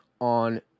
on